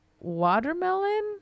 watermelon